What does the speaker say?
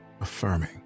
affirming